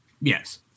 Yes